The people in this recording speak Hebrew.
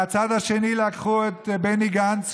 מהצד השני לקחו את בני גנץ,